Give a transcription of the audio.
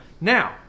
Now